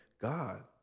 God